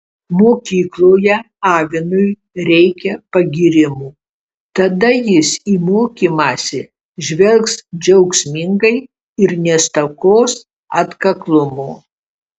mokykloje avinui reikia pagyrimo tada jis į mokymąsi žvelgs džiaugsmingai ir nestokos atkaklumo